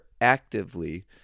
actively